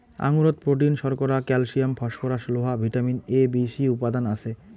আঙুরত protein, শর্করা, calcium, phosphorus, লোহা, vitamin A, B, C উপাদান আছে